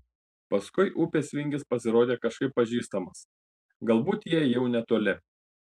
paskui upės vingis pasirodė kažkaip pažįstamas galbūt jie jau netoli